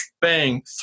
bang